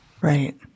Right